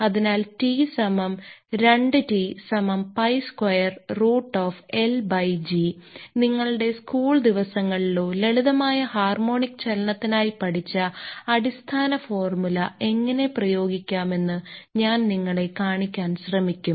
അതിനാൽ T സമം 2 t സമം pi square root of Lg നിങ്ങളുടെ സ്കൂൾ ദിവസങ്ങളിലോ ലളിതമായ ഹാർമോണിക് ചലനത്തിനായി പഠിച്ച അടിസ്ഥാന ഫോർമുല എങ്ങനെ പ്രയോഗിക്കാമെന്ന് ഞാൻ നിങ്ങളെ കാണിക്കാൻ ശ്രമിക്കും